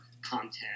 content